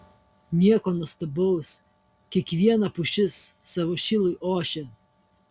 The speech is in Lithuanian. nieko nuostabaus kiekviena pušis savo šilui ošia